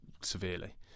severely